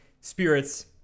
spirits